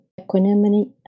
equanimity